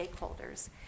stakeholders